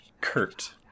Kurt